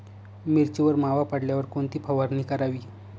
मिरचीवर मावा पडल्यावर कोणती फवारणी करावी?